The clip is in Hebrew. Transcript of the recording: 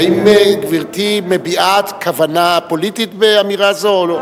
האם גברתי מביעה כוונה פוליטית באמירה זו, או לא?